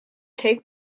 take